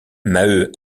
maheu